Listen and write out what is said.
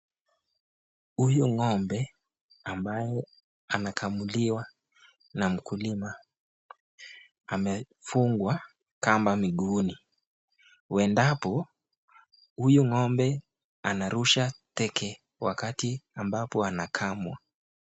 Huyu ng'ombe ambayo nakamuliwa na mkulima, amefungwa kamba miguuni, uwendapo huyu ng'ombe anarusha teke wakati ambapo anakamwa.